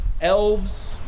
elves